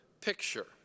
picture